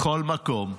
בכל מקום,